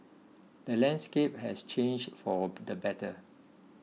the landscape has changed for the better